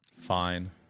Fine